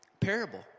parable